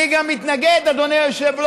אני גם מתנגד, אדוני היושב-ראש,